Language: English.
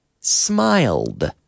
smiled